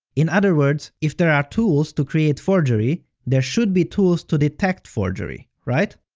in other words, if there are tools to create forgery, there should be tools to detect forgery, right?